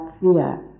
fear